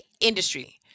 industry